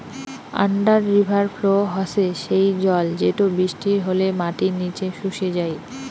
under river flow হসে সেই জল যেটো বৃষ্টি হলে মাটির নিচে শুষে যাই